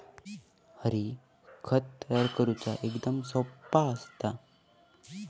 हरी, खत तयार करुचा एकदम सोप्पा असता